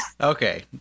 Okay